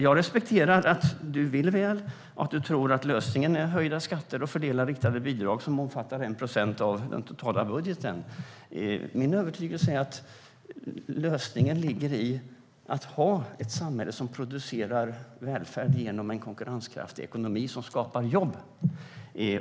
Jag respekterar att du vill väl och tror att lösningen är höjda skatter och att fördela riktade bidrag som omfattar 1 procent av den totala budgeten. Min övertygelse är att lösningen ligger i att ha ett samhälle som producerar välfärd genom en konkurrenskraftig ekonomi som skapar jobb.